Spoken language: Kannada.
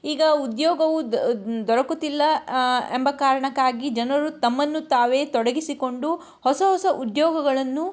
ಈಗ ಉದ್ಯೋಗವು ದ ದೊರಕುತ್ತಿಲ್ಲ ಎಂಬ ಕಾರಣಕ್ಕಾಗಿ ಜನರು ತಮ್ಮನ್ನು ತಾವೇ ತೊಡಗಿಸಿಕೊಂಡು ಹೊಸ ಹೊಸ ಉದ್ಯೋಗಗಳನ್ನು